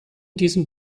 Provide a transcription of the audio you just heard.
diesem